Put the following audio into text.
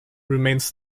remains